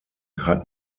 hat